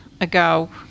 ago